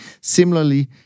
similarly